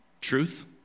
Truth